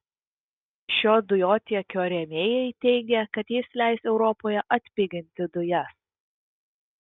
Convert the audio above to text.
šio dujotiekio rėmėjai teigia kad jis leis europoje atpiginti dujas